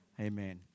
amen